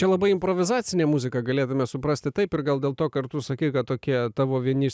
tai labai improvizacinė muzika galėtume suprasti taip ir gal dėl to kartu sakei kad tokie tavo vieni iš se